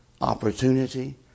opportunity